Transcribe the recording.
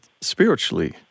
spiritually